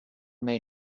may